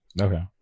Okay